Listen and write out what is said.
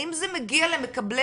האם זה מגיע למקבלי